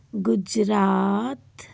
Gujarat